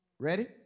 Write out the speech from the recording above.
Ready